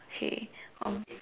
hey of